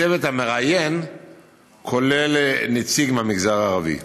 והצוות המראיין כולל נציג מהמגזר הערבי.